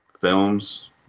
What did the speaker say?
films